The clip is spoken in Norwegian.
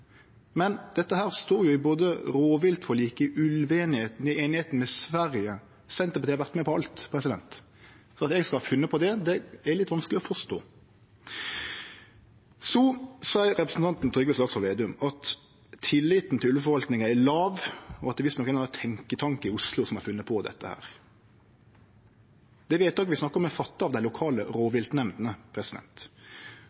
Men dette står jo i både rovviltforliket, i ulveeinigheita og i einigheita med Sverige. Og Senterpartiet har vore med på alt. Så at eg skal ha funne på det, er litt vanskeleg å forstå. Representanten Trygve Slagsvold Vedum seier at tilliten til ulveforvaltninga er låg, og at det visstnok er ein eller annan tenketank i Oslo som har funne på dette. Det vedtaket vi snakkar om, er gjort av dei lokale